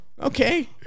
okay